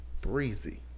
Breezy